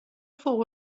فوق